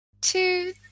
two